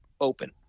open